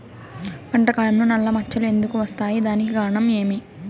పంట కాలంలో నల్ల మచ్చలు ఎందుకు వస్తాయి? దానికి కారణం ఏమి?